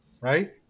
right